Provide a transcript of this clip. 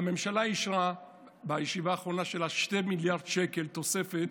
הממשלה אישרה בישיבה האחרונה שלה 2 מיליארד שקל תוספת,